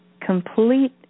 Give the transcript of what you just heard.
complete